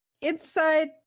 Inside